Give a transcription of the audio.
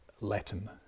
Latin